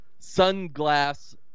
Sunglass